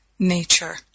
nature